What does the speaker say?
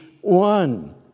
one